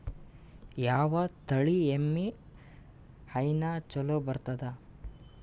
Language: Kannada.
ಯಾವ ತಳಿ ಎಮ್ಮಿ ಹೈನ ಚಲೋ ಬರ್ತದ?